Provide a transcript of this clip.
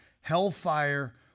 Hellfire